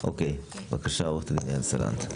אוקיי, בבקשה, עו"ד יעל סלנט.